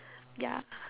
ya